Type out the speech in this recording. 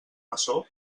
maçó